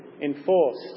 enforced